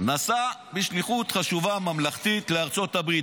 נסע בשליחות חשובה, ממלכתית, לארצות הברית.